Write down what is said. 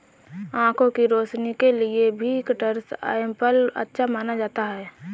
आँखों की रोशनी के लिए भी कस्टर्ड एप्पल अच्छा माना जाता है